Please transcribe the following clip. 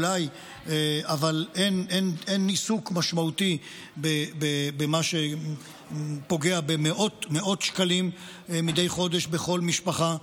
אבל אין עיסוק משמעותי במה פוגע במאות שקלים מדי חודש בכל משפחה.